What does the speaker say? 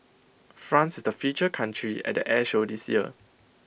France is the feature country at the air show this year